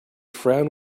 frown